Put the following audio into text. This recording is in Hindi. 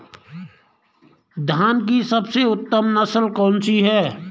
धान की सबसे उत्तम नस्ल कौन सी है?